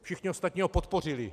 Všichni ostatní ho podpořili.